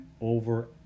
over